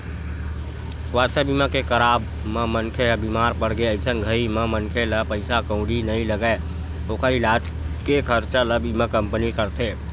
सुवास्थ बीमा के कराब म मनखे ह बीमार पड़गे अइसन घरी म मनखे ला पइसा कउड़ी नइ लगय ओखर इलाज के खरचा ल बीमा कंपनी करथे